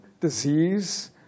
disease